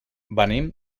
venim